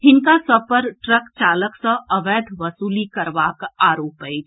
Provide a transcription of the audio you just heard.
हिनका सभ पर ट्रक चालक सऽ अवैध वसूली करबाक आरोप अछि